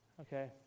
okay